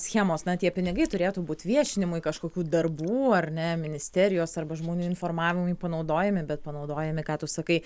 schemos na tie pinigai turėtų būt viešinimui kažkokių darbų ar ne ministerijos arba žmonių informavimui panaudojami bet panaudojami ką tu sakai